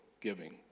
giving